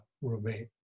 roommate